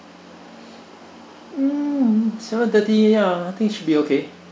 mm seven thirty uh I think should be okay